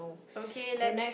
okay let's